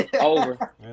Over